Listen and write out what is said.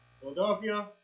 Philadelphia